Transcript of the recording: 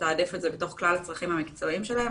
לתעדף את זה בתוך כלל הצרכים המקצועיים שלהם,